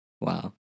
wow